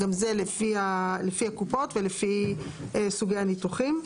גם זה לפי הקופות ולפי סוגי הניתוחים.